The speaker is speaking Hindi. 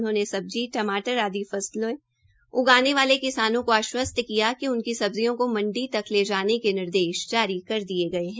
उन्होंने सब्जी टमाटर आदि फसलों उगाने वाले किसानों को आश्वसत किया कि उनकी सब्जियों को मंडी तक ले जाने के निर्देश जारी कर दिये गये है